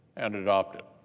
and adopted.